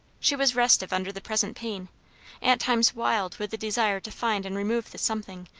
she was restive under the present pain at times wild with the desire to find and remove the something,